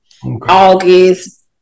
August